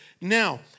Now